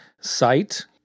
site